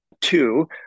Two